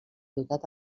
dotat